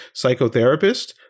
psychotherapist